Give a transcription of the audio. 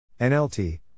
NLT